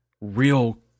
real